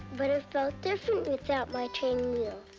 but it felt different without my training wheels.